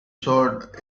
sword